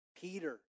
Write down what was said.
Peter